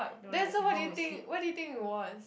then so what do you think what do you think it was